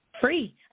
free